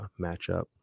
matchup